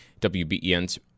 WBEN's